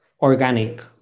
organic